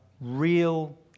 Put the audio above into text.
real